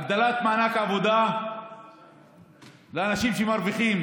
הגדלת מענק עבודה לאנשים שמרוויחים